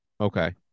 Okay